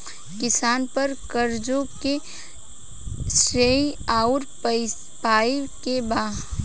किसान पर क़र्ज़े के श्रेइ आउर पेई के बा?